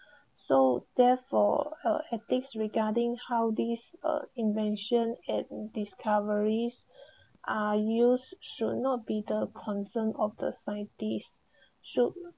so therefore uh ethics regarding how these uh invention at discoveries are use should not be the concern of the scientists shou~